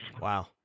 Wow